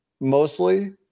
mostly